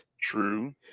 True